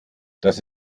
dass